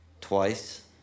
twice